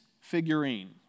figurine